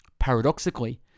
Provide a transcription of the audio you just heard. Paradoxically